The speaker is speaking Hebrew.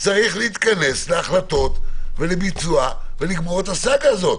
צריך להתכנס להחלטות ולביצוע ולגמור את הסאגה הזאת.